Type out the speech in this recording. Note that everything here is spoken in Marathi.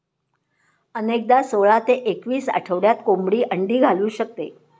अनेकदा सोळा ते एकवीस आठवड्यात कोंबडी अंडी घालू शकते